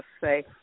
say